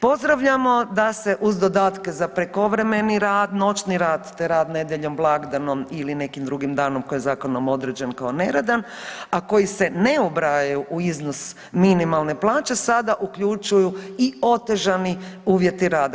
Pozdravljamo da se uz dodatke za prekovremeni rad, noćni rad, te rad nedjeljom, blagdanom ili nekim drugim danom koji je zakonom određen kao neradan, a koji se ne ubrajaju u iznos minimalne plaće sada uključuju i otežani uvjeti rada.